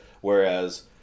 whereas